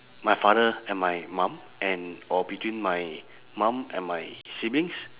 my father and my mum and or between my mum and my siblings